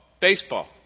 baseball